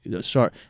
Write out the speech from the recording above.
sorry